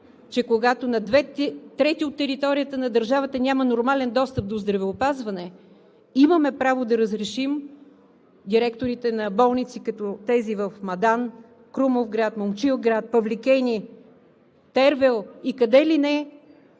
че когато на две трети от територията на държавата няма нормален достъп до здравеопазване, имаме право да разрешим директорите на болници, като тези в Мадан, Крумовград, Момчилград, Павликени, Тервел и къде ли не,